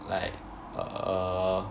like err